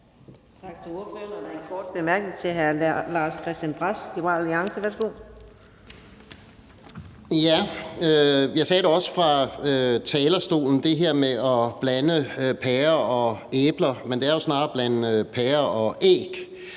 Jeg sagde det også fra talerstolen, altså det her med at blande pærer og æbler; men det er jo snarere at blande pærer og æg,